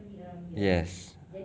yes